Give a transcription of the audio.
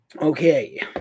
Okay